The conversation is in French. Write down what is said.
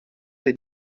des